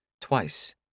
twice